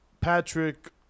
Patrick